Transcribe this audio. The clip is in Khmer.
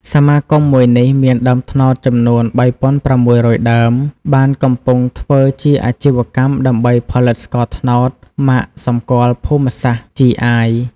សមាគមមួយនេះ មានដើមត្នោតចំនួន៣៦០០ដើម បានកំពុងធ្វើជាជីវកម្មដើម្បីផលិតស្ករត្នោតម៉ាកសម្គាល់ភូមិសាស្រ្ត (GI)។